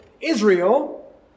Israel